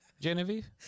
Genevieve